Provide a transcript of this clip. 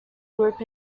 group